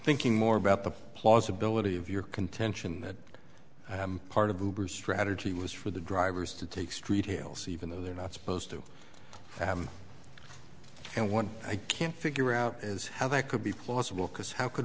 thinking more about the plausibility of your contention that part of the strategy was for the drivers to take street hales even though they're not supposed to have and what i can't figure out is how that could be possible because how could